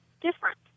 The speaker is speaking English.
different